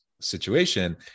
situation